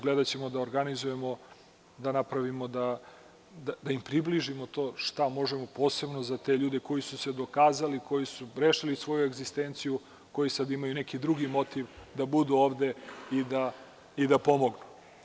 Gledaćemo da organizujemo, da napravimo da im približimo to šta možemo posebno za te ljude koji su se dokazali i koji su prešli svoju egzistenciju, koji sada imaju neki drugi motiv, da budu ovde i da pomognu.